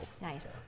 Nice